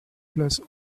place